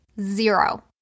zero